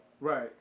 Right